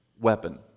weapon